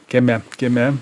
kieme kieme